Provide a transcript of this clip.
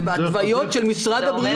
זה בהתוויות של משרד הבריאות.